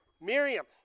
Miriam